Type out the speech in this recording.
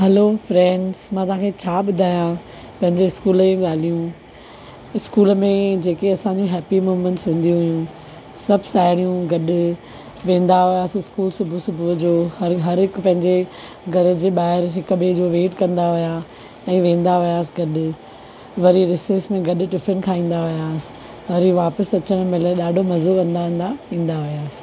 hello friends मां तव्हांखे छा ॿुधायां पंहिंजे स्कूल जूं ॻाल्हियूं स्कूल में जेके असांजे हैपी मूमेंट्स हूंदी हुइयूं सभु साहेड़ियू गॾु वेंदा वियासी स्कूल सुबुह सुबुह जो हरि हिकु पंहिंजे घरु जे ॿाहिरि हिकु ॿिए जो वेट कंदा हुआ ऐं वेंदा वियासि गॾु वरी रिसेस में गॾु टिफिन खाईंदा हुआसि वरी वापिसि अचनि महिल ॾाॾो मज़ो कंदा कंदा ईंदा हुआसि